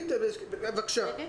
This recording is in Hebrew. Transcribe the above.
בבקשה.